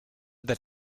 that